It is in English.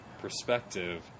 perspective